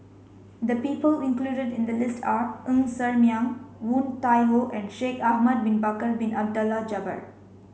the people included in the list are Ng Ser Miang Woon Tai Ho and Shaikh Ahmad bin Bakar Bin Abdullah Jabbar